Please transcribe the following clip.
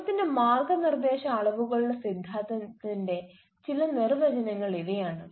ക്ഷേമത്തിന്റെ മാർഗ്ഗനിർദ്ദേശ അളവുകളുടെ സിദ്ധാന്തത്തിന്റെ ചില നിർവചനങ്ങൾ ഇവയാണ്